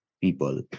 people